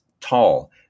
tall